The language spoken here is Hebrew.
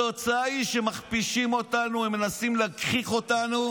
התוצאה היא שמכפישים אותנו, מנסים להגחיך אותנו,